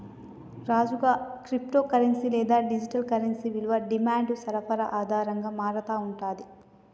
రాజుగా, crypto currency లేదా digital currency విలువ డిమాండ్ సరఫరా ఆధారంగా మారతా ఉంటుంది